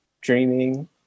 dreaming